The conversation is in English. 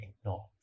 ignore